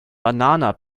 banana